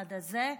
המיוחד הזה,